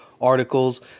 articles